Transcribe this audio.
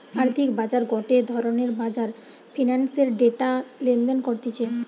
আর্থিক বাজার গটে ধরণের বাজার ফিন্যান্সের ডেটা লেনদেন করতিছে